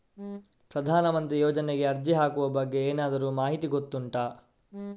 ಪ್ರಧಾನ ಮಂತ್ರಿ ಯೋಜನೆಗೆ ಅರ್ಜಿ ಹಾಕುವ ಬಗ್ಗೆ ಏನಾದರೂ ಮಾಹಿತಿ ಗೊತ್ತುಂಟ?